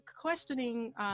questioning